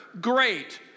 great